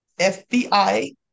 FBI